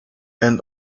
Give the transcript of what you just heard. and